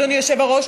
אדוני היושב-ראש,